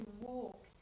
walk